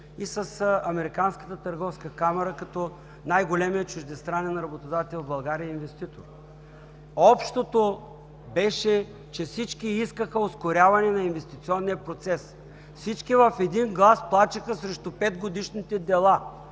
и с Американската търговска камара като най-големия чуждестранен работодател в България и инвеститор. Общото беше, че всички искаха ускоряване на инвестиционния процес. Всички в един глас плачеха срещу петгодишните дела,